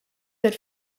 set